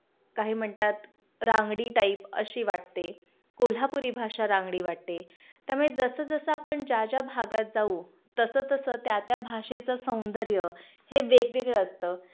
काही म्हणतात रांगडी टाईप अशी वाटते कोल्हापुरी भाषा रांगडी वाटते त्यामुळे जसंजसं आपण ज्या ज्या भागात जाऊ तसं तसं त्या त्या भाषेचं सौंदर्य हे वेगवेगळं असतं